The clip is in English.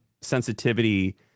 sensitivity